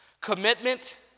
Commitment